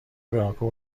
برانکو